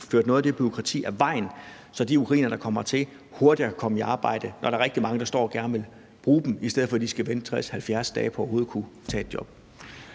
ryddet noget af bureaukratiet af vejen, så de ukrainere, der kommer hertil, hurtigere kan komme i arbejde, når der nu er rigtig mange, der står og gerne vil bruge dem, i stedet for at de skal vente 60-70 dage på overhovedet at kunne tage et job?